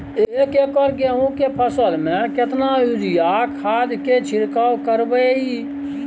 एक एकर गेहूँ के फसल में केतना यूरिया खाद के छिरकाव करबैई?